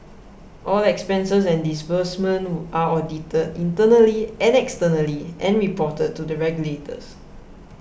all expenses and disbursements are audited internally and externally and reported to the regulators